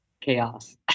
chaos